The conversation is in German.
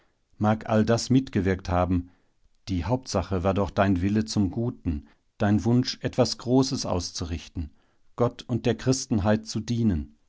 mag all das mitgewirkt haben die hauptsache war doch dein wille zum guten dein wunsch etwas großes auszurichten gott und der christenheit zu dienen